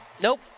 nope